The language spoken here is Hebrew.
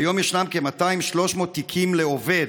כיום ישנם 200 300 תיקים לעובד,